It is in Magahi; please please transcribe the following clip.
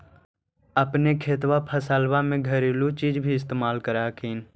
अपने खेतबा फसल्बा मे घरेलू चीज भी इस्तेमल कर हखिन?